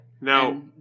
Now